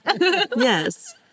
Yes